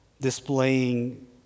displaying